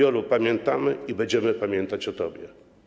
Jolu, pamiętamy i będziemy pamiętać o tobie.